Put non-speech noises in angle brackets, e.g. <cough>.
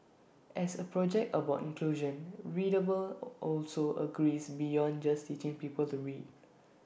as A project about inclusion readable <noise> also agrees beyond just teaching people to read